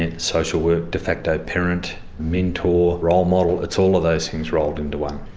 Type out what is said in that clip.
and social work, de facto parent, mentor, role model, it's all of those things rolled into one.